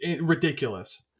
ridiculous